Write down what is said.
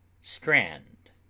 Strand